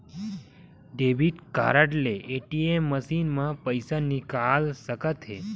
debit card ले ATM machine म पइसा निकाल सकत हे